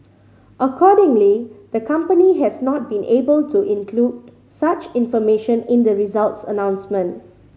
accordingly the company has not been able to include such information in the results announcement